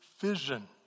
vision